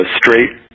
straight